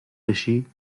بشی